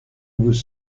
vous